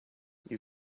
you